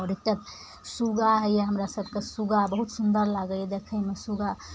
आओर एकटा सुग्गा होइए हमरा सभके सुग्गा बहुत सुन्दर लागइए देखयमे सुग्गा